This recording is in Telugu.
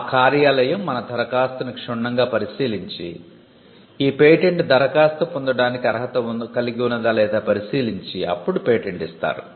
ఆ కార్యాలయం మన ధరఖాస్తుని క్షుణ్ణంగా పరిశీలించి ఈ పేటెంట్ ధరఖాస్తు పేటెంట్ పొందడానికి అర్హత కలిగి ఉన్నదా లేదా పరిశీలించి అప్పుడు పేటెంట్ ఇస్తారు